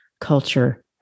culture